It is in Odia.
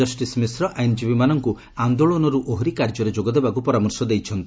ଜଷିସ ମିଶ୍ର ଆଇନଜୀବୀମାନଙ୍କୁ ଆନ୍ଦୋଳନରୁ ଓହରି କାର୍ଯ୍ୟରେ ଯୋଗଦେବାକୁ ପରାମର୍ଶ ଦେଇଛନ୍ତି